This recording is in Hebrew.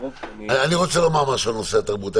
אני רוצה לומר משהו על נושא התרבות.